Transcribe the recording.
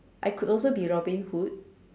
I could also be Robin Hood